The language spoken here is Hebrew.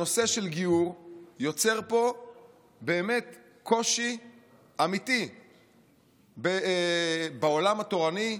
הנושא של גיור יוצר פה באמת קושי אמיתי בעולם התורני,